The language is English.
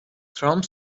trump